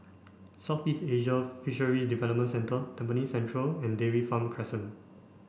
Southeast Asian Fisheries Development Centre Tampines Central and Dairy Farm Crescent